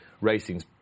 racing's